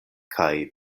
kaj